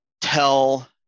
tell